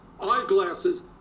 eyeglasses